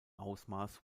ausmaß